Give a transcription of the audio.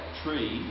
tree